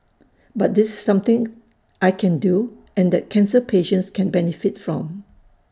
but this is something I can do and that cancer patients can benefit from